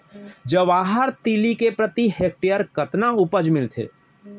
जवाहर तिलि के प्रति हेक्टेयर कतना उपज मिलथे?